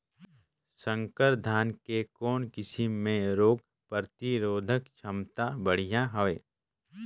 संकर धान के कौन किसम मे रोग प्रतिरोधक क्षमता बढ़िया हवे?